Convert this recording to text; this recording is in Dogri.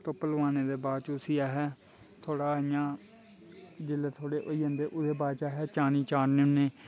धु्पप लोआने दे बाद च उस्सी अस थोह्ड़ा इ'यां जिसलै थोह्ड़े होई जंदे ओह्दे बाद अस चानी चाढ़ने होन्ने